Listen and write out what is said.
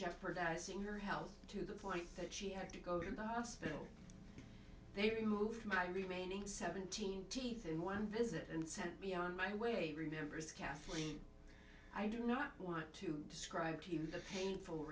jeopardizing her health to the point that she had to go to the hospital they removed my remaining seventeen teeth in one visit and sent me on my way remembers kathleen i do not want to describe to you the painful